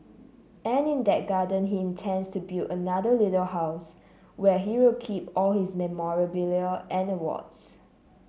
and in that garden he intends to build another little house where he'll keep all his memorabilia and awards